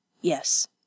Yes